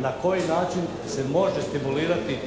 na koji način se može stimulirati.